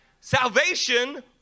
Salvation